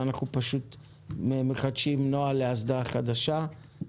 ואנחנו פשוט מחדשים נוהל לאסדה חדשה.